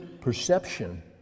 perception